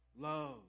love